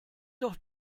doch